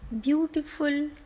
beautiful